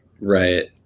Right